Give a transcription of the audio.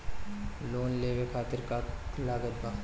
Loan लेवे खातिर का का लागत ब?